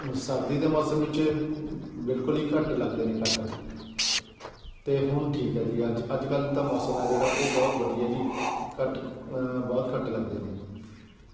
ਸਰਦੀ ਦੇ ਮੌਸਮ ਵਿੱਚ ਬਿਲਕੁਲ ਹੀ ਘੱਟ ਲੱਗਦੇ ਨੇ ਕੱਟ ਅਤੇ ਹੁਣ ਠੀਕ ਹੈ ਜੀ ਅੱਜ ਅੱਜ ਕੱਲ੍ਹ ਤਾਂ ਮੌਸਮ ਹੈ ਜਿਹੜਾ ਉਹ ਬਹੁਤ ਵਧੀਆ ਜੀ ਕੱਟ ਬਹੁਤ ਘੱਟ ਲੱਗਦੇ ਨੇ